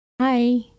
Hi